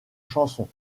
chansons